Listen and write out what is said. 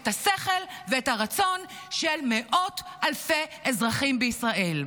את השכל ואת הרצון של מאות אלפי אזרחים בישראל.